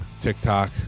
TikTok